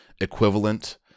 equivalent